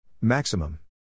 Maximum